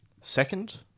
second